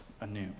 anew